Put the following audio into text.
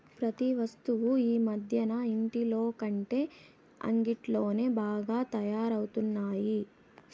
ప్రతి వస్తువు ఈ మధ్యన ఇంటిలోకంటే అంగిట్లోనే బాగా తయారవుతున్నాయి